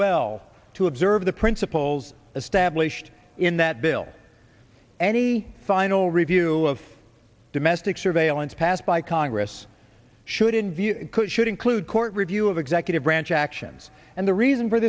well to observe the principles established in that bill any final review of domestic surveillance passed by congress should in view could should include court review of executive branch actions and the reason for